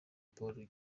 paul